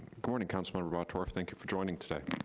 good morning, councilor bottorff. thank you for joining today.